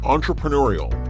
Entrepreneurial